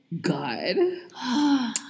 God